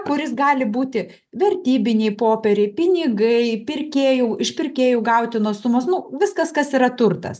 kuris gali būti vertybiniai popieriai pinigai pirkėjų iš pirkėjų gautinos sumos nu viskas kas yra turtas